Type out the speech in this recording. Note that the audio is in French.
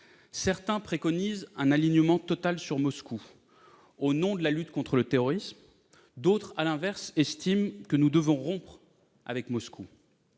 Certains préconisent un alignement total sur Moscou au nom de la lutte contre le terrorisme. D'autres, à l'inverse, estiment que nous devons rompre avec Moscou.